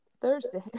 thursday